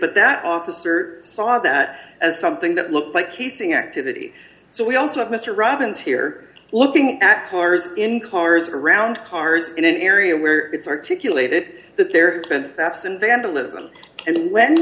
but that officer saw that as something that looked like casing activity so we also have mr robbins here looking at cars in cars around cars in an area where it's articulate it that there that's and vandalism and when